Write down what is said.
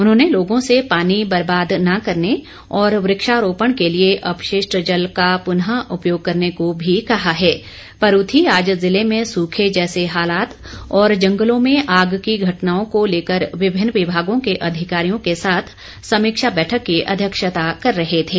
उन्होंने लोगों से पानी बर्बाद न करने और वक्षारोपण के लिए अपशिष्ट जल का पुनः उपयोग करने को भी कहा है परूथी आज जिले में सुखे जैसे हालात और जंगलों में आग की घटनाओं को लेकर विभिन्न विभागों के अधिकारियों के साथ समीक्षा बैठक की अध्यक्षता कर रहे थे